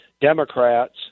Democrats